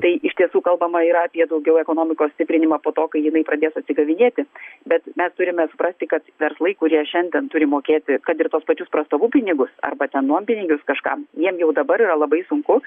tai iš tiesų kalbama yra apie daugiau ekonomikos stiprinimą po to kai jinai pradės atsigavinėti bet mes turime suprasti kad verslai kurie šiandien turi mokėti kad ir tuos pačius prastovų pinigus arba ten nuompinigius kažkam jiem jau dabar yra labai sunku